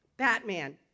Batman